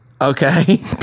Okay